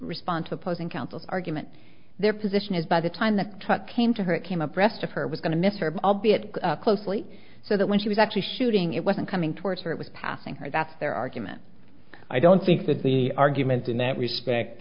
response opposing counsel argument their position is by the time the truck came to her it came abreast of her was going to miss her albeit closely so that when she was actually shooting it wasn't coming towards her it was passing her that's their argument i don't think that the argument in that respect